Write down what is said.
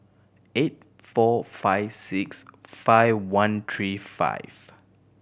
eight four five six five one three five